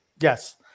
Yes